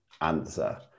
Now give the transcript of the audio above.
answer